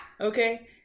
okay